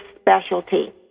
Specialty